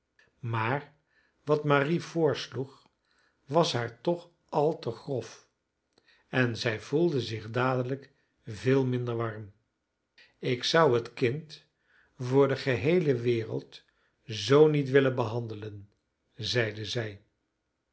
maar wat marie voorsloeg was haar toch al te grof en zij voelde zich dadelijk veel minder warm ik zou het kind voor de geheele wereld zoo niet willen behandelen zeide zij